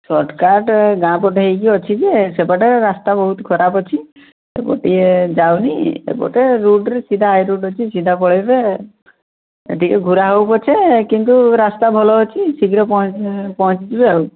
shortcut ଗାଁ ପଟେ ହୋଇ କି ଅଛି ଯେ ସେପଟେ ରାସ୍ତା ବହୁତ ଖରାପ ଅଛି ଗୋଟିଏ ଯାଉନି ଏପଟେ ରୋଡ଼୍ରେ ସିଧା ହାଇୱେ ଅଛି ସିଧା ପଳାଇଲେ ଟିକେ ଘୁରା ହେଉ ପଛେ କିନ୍ତୁ ରାସ୍ତା ଭଲ ଅଛି ଶୀଘ୍ର ପହଞ୍ଚି ପହଞ୍ଚି ଯିବେ